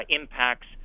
impacts